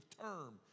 term